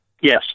Yes